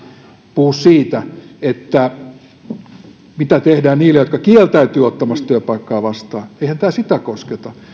puhu siitä mitä tehdään niille jotka kieltäytyvät ottamasta työpaikkaa vastaan eihän tämä sitä kosketa